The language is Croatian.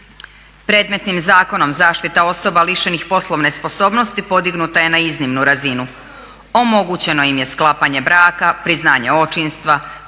Predmetnim zakonom zaštita osoba lišenih poslovne sposobnosti podignuta je na iznimnu razinu. Omogućeno im je sklapanje braka, priznanje očinstva,